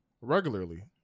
regularly